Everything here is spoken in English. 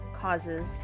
causes